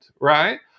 right